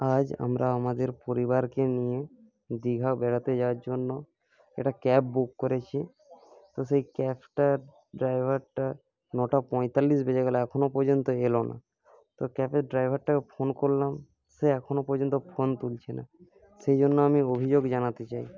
আজ আমরা আমাদের পরিবারকে নিয়ে দীঘা বেড়াতে যাওয়ার জন্য একটা ক্যাব বুক করেছি তো সেই ক্যাবটা ড্রাইভারটা নয়টা পঁয়তাল্লিশ বেজে গেলো এখনো পর্যন্ত এলো না তো ক্যাবের ড্রাইভারটাকে ফোন করলাম সে এখনো পর্যন্ত ফোন তুলছে না সেইজন্য আমি অভিযোগ জানাতে চাই